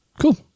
Cool